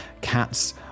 cats